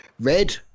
red